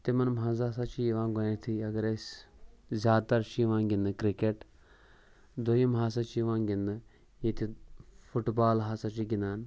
تِمَن منٛز ہَسا چھِ یِوان گۄڈنٮ۪تھٕے اگر أسۍ زیادٕ تَر چھِ یِوان گِنٛدنہٕ کِرٛکٹ دوٚیِم ہَسا چھِ یِوان گِنٛدنہٕ ییٚتہِ فُٹ بال ہَسا چھِ گِنٛدان